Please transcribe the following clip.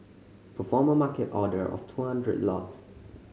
perform a Market order of two hundreds lots